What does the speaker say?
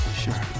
Sure